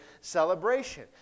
celebration